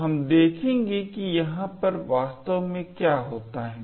तो हम देखेंगे कि यहाँ पर वास्तव में क्या होता है